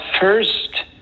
first